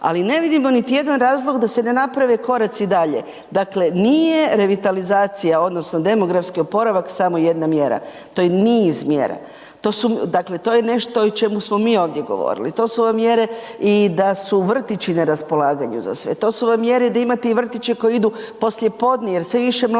ali ne vidimo niti jedan razlog da se ne naprave koraci dalje. Dakle, nije revitalizacija odnosno demografski oporavak samo jedna mjera, to je niz mjera. To su, dakle to je nešto i čemu smo i mi ovdje govorili, to su vam mjere i da su vrtići na raspolaganju za sve, to su vam mjere da imate i vrtiće koji idu poslije podne jer sve više mladih